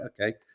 okay